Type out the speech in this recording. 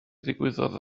ddigwyddodd